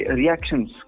reactions